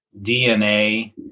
DNA